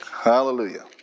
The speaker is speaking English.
Hallelujah